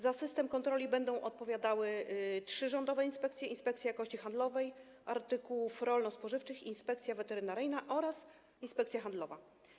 Za system kontroli będą odpowiadały trzy rządowe inspekcje: Inspekcja Jakości Handlowej Artykułów Rolno-Spożywczych, Inspekcja Weterynaryjna oraz Inspekcja Handlowa.